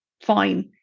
fine